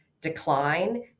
decline